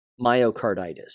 myocarditis